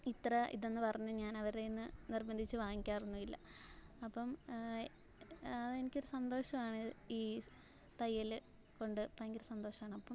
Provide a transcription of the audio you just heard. ഇത്ര ഇതെന്ന് പറഞ്ഞ് ഞാൻ അവരുടെ കയ്യിൽ നിന്ന് നിർബന്ധിച്ച് വാങ്ങിക്കാറൊന്നുമില്ല അപ്പം അതെനിക്കൊരു സന്തോഷമാണ് ഈ തയ്യൽ കൊണ്ട് ഭയങ്കര സന്തോഷമാണ് അപ്പം